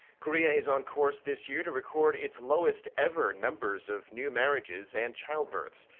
korea is on course this year to record its lowest-ever numbers of new marriages and childbirths.